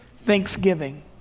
thanksgiving